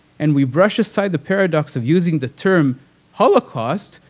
and we brush aside the paradox of using the term holocaust,